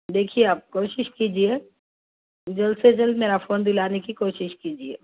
دیکھیے آپ کوشش کیجیے جلد سے جلد میرا فون دلانے کی کوشش کیجیے